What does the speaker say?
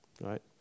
right